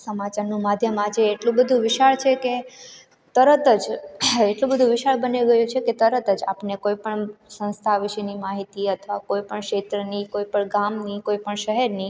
સમચારનું માધ્યમ આજે એટલું બધું વિશાળ છે કે તરત જ એટલું બધું વિશાળ બની ગયું છે કે તરત જ આપને કોઈપણ સંસ્થા વિશેની માહિતી અથવા કોઈપણ ક્ષેત્રની કોઈપણ ગામની કોઈપણ શહેરની